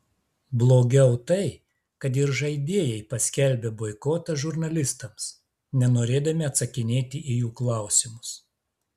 blogiau tai kad ir žaidėjai paskelbė boikotą žurnalistams nenorėdami atsakinėti į jų klausimus